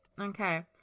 Okay